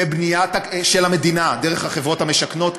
בבנייה של המדינה דרך החברות המשכנות,